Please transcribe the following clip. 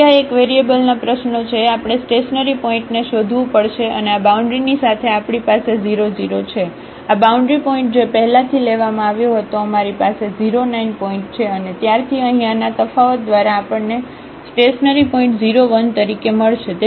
તેથી ફરી આ એક વેરિયેબલ ના પ્રશ્નો છે આપણે સ્ટેશનરીસ્ટેશનરી પોઇન્ટને શોધવું પડશે અને આ બાઉન્ડ્રીની સાથે આપણી પાસે 00 છે આ બાઉન્ડ્રી પોઇન્ટ જે પહેલાથી લેવામાં આવ્યો હતો અમારી પાસે 09 પોઇન્ટ છે અને ત્યારથી અહીં આના તફાવત દ્વારા આપણને સ્ટેશનરીપોઇન્ટ 0 1 તરીકે મળશે